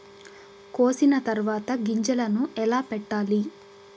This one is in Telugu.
కోసిన తర్వాత గింజలను ఎలా పెట్టాలి